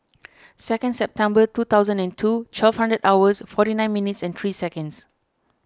second September two thousand and two twelve hundred hours forty nine minutes and three seconds